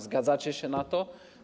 Zgadzacie się na to?